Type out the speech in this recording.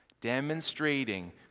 Demonstrating